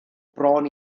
bron